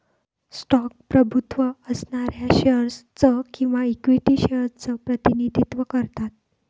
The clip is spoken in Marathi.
स्टॉक प्रभुत्व असणाऱ्या शेअर्स च किंवा इक्विटी शेअर्स च प्रतिनिधित्व करतात